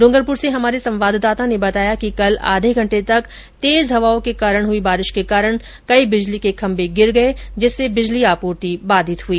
डूंगरपुर से हमारे संवाददाता ने बताया कि कल आधे घंटे तक तेज हवाओं के कारण हुई बारिश के दौरान कई बिजली के खम्मे गिर गये जिससे बिजली आपूर्ति बाधित हुई